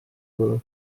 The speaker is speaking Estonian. poolel